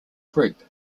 group